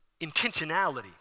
intentionality